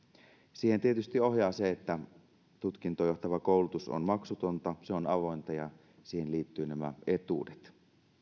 siihen tietysti ohjaa se että tutkintoon johtava koulutus on maksutonta se on avointa ja siihen liittyvät nämä etuudet